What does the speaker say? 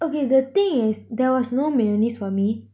okay the thing is there was no mayonnaise for me